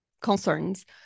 concerns